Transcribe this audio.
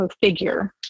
figure